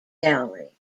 gallery